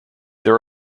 there